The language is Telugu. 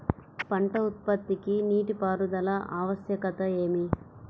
పంట ఉత్పత్తికి నీటిపారుదల ఆవశ్యకత ఏమి?